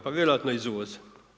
Pa vjerojatno iz uvoza.